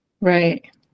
Right